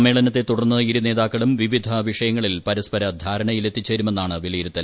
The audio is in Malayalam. സമ്മേളനത്തെ തുടർന്ന് ഇരു നേതാക്കളും വിവിധ വിഷയങ്ങളിൽ പരസ്പര ധാരണയിൽ എത്തിച്ചേരുമെന്നാണ് വിലയിരുത്തൽ